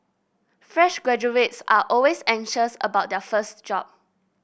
fresh graduates are always anxious about their first job